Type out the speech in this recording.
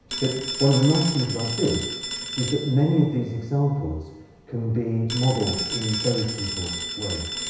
but one of the nice things about this is that many of these examples can be modeled in very simple ways.